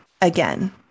again